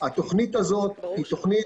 התכנית הזאת היא תכנית